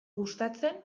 gustatzen